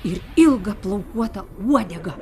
ir ilga plaukuota uodega